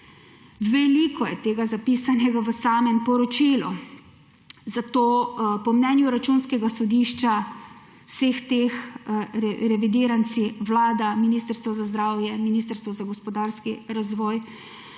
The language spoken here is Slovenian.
Veliko je tega zapisanega v samem poročilu, zato po mnenju Računskega sodišča vsi ti revidiranci: Vlada, Ministrstvo za zdravje, Ministrstvo za gospodarski razvoj,